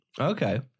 Okay